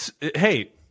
hey